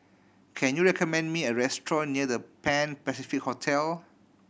can you recommend me a restaurant near The Pan Pacific Hotel